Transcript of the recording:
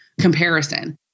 comparison